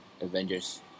Avengers